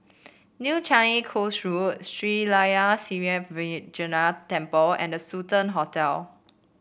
New Changi Coast Road Sri Layan Sithi Vinayagar Temple and The Sultan Hotel